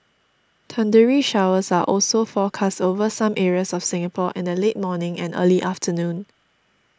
thundery showers are also forecast over some areas of Singapore in the late morning and early afternoon